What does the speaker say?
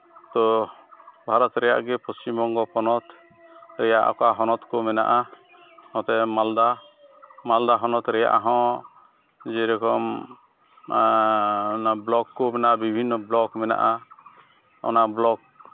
ᱛᱚ ᱵᱷᱟᱨᱚᱛ ᱨᱮᱭᱟᱜ ᱜᱮ ᱯᱚᱪᱷᱤᱢ ᱵᱚᱝᱜᱚ ᱯᱚᱱᱚᱛ ᱨᱮᱭᱟᱜ ᱚᱠᱟ ᱦᱚᱱᱚᱛ ᱠᱚ ᱢᱮᱱᱟᱜᱼᱟ ᱱᱚᱛᱮ ᱢᱟᱞᱫᱟ ᱢᱟᱞᱫᱟ ᱦᱚᱱᱚᱛ ᱨᱮᱭᱟᱜ ᱦᱚᱸ ᱡᱮᱨᱚᱠᱚᱢ ᱚᱱᱟ ᱵᱞᱚᱠ ᱠᱚ ᱢᱮᱱᱟᱜᱼᱟ ᱵᱤᱵᱷᱤᱱᱱᱚ ᱵᱞᱚᱠ ᱠᱚ ᱢᱮᱱᱟᱜᱼᱟ ᱚᱱᱟ ᱵᱞᱚᱠ